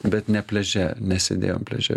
bet ne pliaže nesėdėjom pliaže